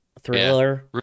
Thriller